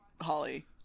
holly